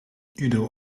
iedere